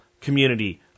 community